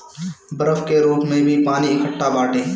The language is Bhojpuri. बरफ के रूप में भी पानी एकट्ठा बाटे